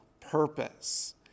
purpose